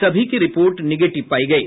सभी की report negative पायी गयी